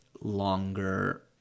longer